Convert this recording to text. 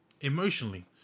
emotionally